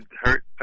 hurt